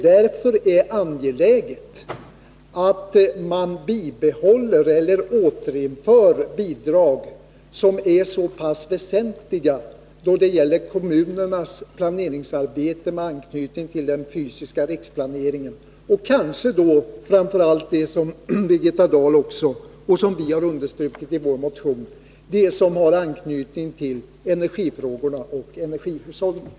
Därför är det angeläget att man bibehåller eller återinför sådana bidrag som är väsentliga då det gäller kommunernas planeringsarbete med anknytning till den fysiska riksplaneringen — kanske framför allt det Birgitta Dahl har nämnt och det vi har understrukit i vår motion, nämligen det som har anknytning till energifrågorna och energihushållningen.